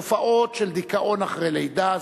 תופעות של דיכאון אחרי לידה,